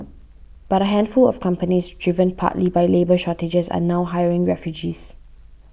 but a handful of companies driven partly by labour shortages are now hiring refugees